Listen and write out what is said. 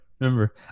Remember